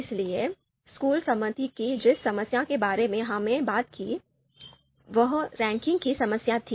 इसलिए स्कूल समिति की जिस समस्या के बारे में हमने बात की वह रैंकिंग की समस्या थी